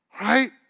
right